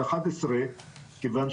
משפחת האומיקרון,